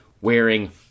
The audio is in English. wearing